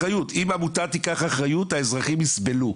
כולם בסיפורים ששמעתי בוועדות אחרות